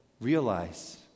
realize